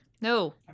No